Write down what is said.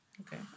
okay